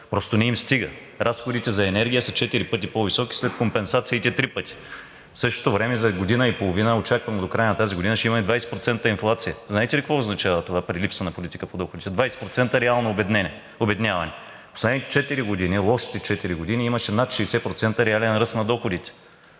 Просто не им стигат. Разходите за енергия са 4 пъти по-високи, след компенсациите – 3 пъти. В същото време за година и половина, очакваме до края на тази година да имаме 20% инфлация. Знаете ли какво означава това при липса на политика на доходите? 20% реално обедняване! В последните четири години, лошите четири години имаше над 60% реален ръст на доходите,